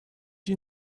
you